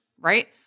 right